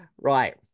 Right